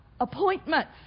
appointments